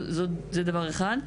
זה דבר אחד,